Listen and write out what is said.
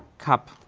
cup,